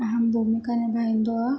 अहम भूमिका निभाईन्दो आहे